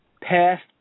past